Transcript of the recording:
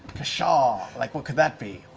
kashaw, like, what could that be?